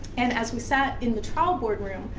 and as we sat in the trial board room,